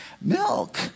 milk